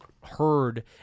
heard